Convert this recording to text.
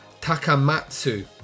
Takamatsu